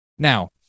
Now